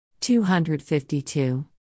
252